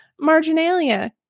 marginalia